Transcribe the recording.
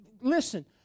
listen